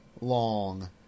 long